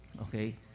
Okay